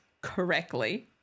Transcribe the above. correctly